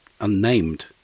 unnamed